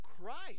Christ